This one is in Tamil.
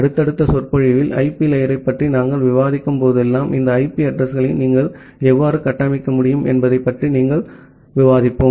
அடுத்தடுத்த சொற்பொழிவில் ஐபி லேயரைப் பற்றி நாங்கள் விவாதிக்கும் போதெல்லாம் இந்த ஐபி அட்ரஸ் களை நீங்கள் எவ்வாறு கட்டமைக்க முடியும் என்பது பற்றி நாங்கள் விவாதிப்போம்